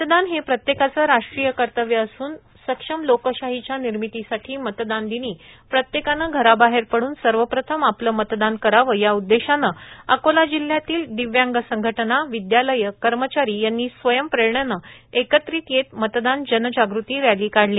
मतदान हे प्रत्येकाचे राष्ट्रीय कर्तव्य असून सक्षम लोकशाहीच्या निर्मितीसाठी मतदानदिनी प्रत्येकाने घराबाहेर पड्रन सर्वप्रथम आपले मतदान करावे या उद्देशाने जिल्ह्यातील दिव्यांग संघटना दिव्यांग विद्यालय दिव्यांग कर्मचारी यांनी स्वयंप्रेरणेने एकत्रित येत मतदान जनजाग़ती रॅली काढली